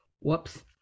Whoops